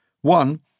One